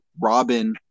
Robin